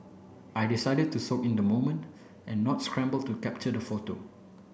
I decided to soak in the moment and not scramble to capture the photo